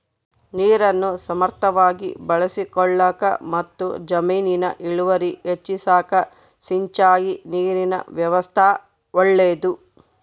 ನೀರನ್ನು ಸಮರ್ಥವಾಗಿ ಬಳಸಿಕೊಳ್ಳಾಕಮತ್ತು ಜಮೀನಿನ ಇಳುವರಿ ಹೆಚ್ಚಿಸಾಕ ಸಿಂಚಾಯಿ ನೀರಿನ ವ್ಯವಸ್ಥಾ ಒಳ್ಳೇದು